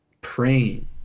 Praying